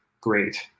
great